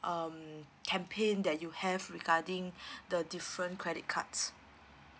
um campaign that you have regarding the different credit cards